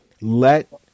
Let